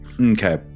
okay